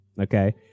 okay